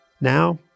Now